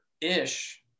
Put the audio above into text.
Ish